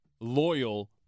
loyal